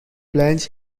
plans